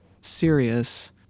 serious